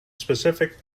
specific